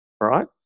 right